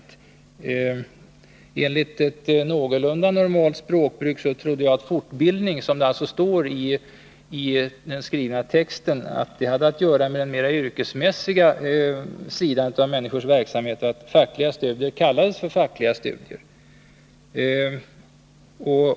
å Enligt ett någorlunda normalt språkbruk trodde jag att ”fortbildning” — som det står i den skrivna texten — hade att göra med den mera yrkesmässiga sidan av människors verksamhet och att fackliga studier kallades fackliga studier.